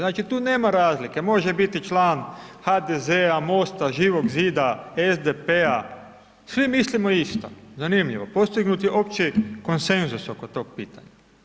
Znači tu nema razlike, može biti član HDZ-a, MOST-a, Živog zida, SDP-a, svi mislimo isto, zanimljivo, postignut je opći konsenzus oko tog pitanja.